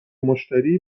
مشتری